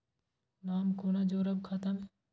नाम कोना जोरब खाता मे